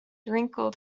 wrinkled